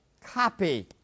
copy